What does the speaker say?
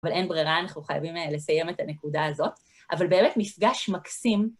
אבל אין ברירה, אנחנו חייבים לסיים את הנקודה הזאת. אבל באמת, מפגש מקסים.